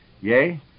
Yea